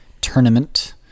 tournament